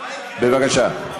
מה יקרה, בבקשה.